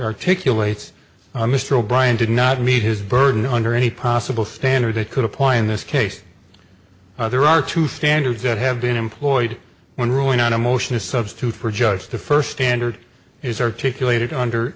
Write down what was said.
articulate mr o'brien did not meet his burden under any possible standard it could apply in this case now there are two standards that have been employed when ruling on a motion to substitute for judge the first standard is articulated under